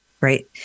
Right